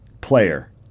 player